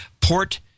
Port